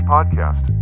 podcast